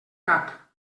cap